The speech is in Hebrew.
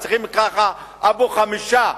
צריכים לקרוא לך "אבו חמישה".